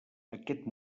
aquest